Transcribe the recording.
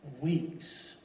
weeks